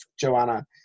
Joanna